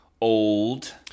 old